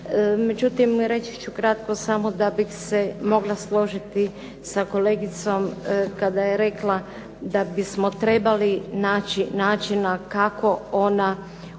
Međutim, reći ću kratko samo da bih se mogla složiti sa kolegicom kada je rekla da bismo trebali naći načina kako ona